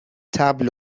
طبل